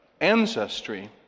ancestry